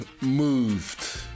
moved